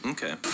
Okay